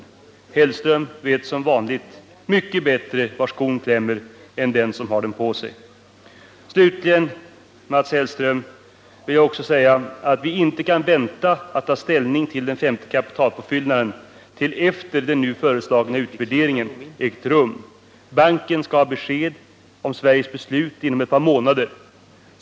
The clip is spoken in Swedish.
Mats Hellström vet som vanligt mycket bättre var skon klämmer än den som har den på sig. Slutligen, Mats Hellström, vill jag säga att vi inte kan vänta att ta ställning till frågan om den femte kapitalpåfyllnaden till efter det att den nu föreslagna utvärderingen ägt rum. Banken skall ha besked om Sveriges beslut inom ett par månader.